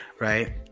right